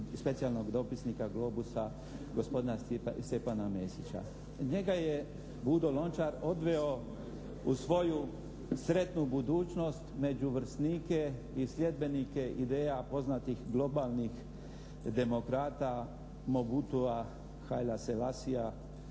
i specijalnog dopisnika "Globusa" gospodina Stjepana Mesića. Njega je Budo Lončar odveo u svoju sretnu budućnost među vrsnike i sljedbenike ideja poznatih globalnih demokrata Mogutua, Hajlasevasija,